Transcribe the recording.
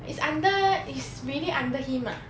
is under is really under him ah